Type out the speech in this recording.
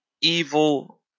evil